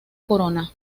corona